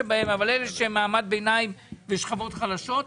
אבל אלה שהם במעמד ביניים ושכבות חלשות.